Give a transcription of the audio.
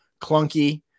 clunky